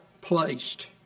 placed